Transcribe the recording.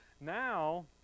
Now